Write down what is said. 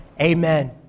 Amen